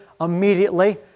immediately